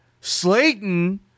Slayton